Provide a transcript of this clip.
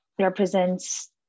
represents